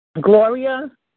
Gloria